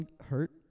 hurt